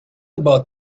about